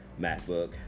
MacBook